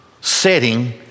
setting